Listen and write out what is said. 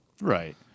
Right